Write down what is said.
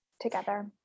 together